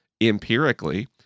empirically